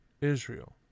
Israel